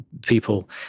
people